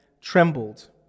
trembled